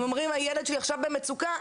הם אומרים הילד שלי עכשיו במצוקה,